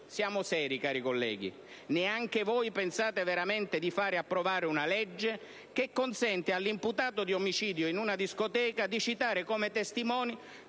Siamo seri, cari colleghi: neanche voi pensate veramente di far approvare una legge che consente all'imputato di omicidio in una discoteca di citare come testimoni